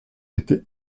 été